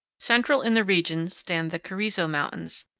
central in the region stand the carrizo mountains,